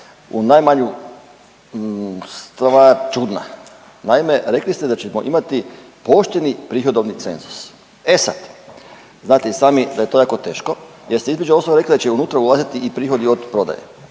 u najmanju stvar čudna. Naime, rekli ste da ćemo imati pooštreni prihodovni cenzus. E sad, znate i sami da je to jako teško, jer ste između ostalog rekli da će unutra ulaziti i prihodi od prodaje.